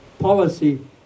Policy